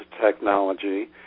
technology